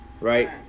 right